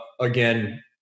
again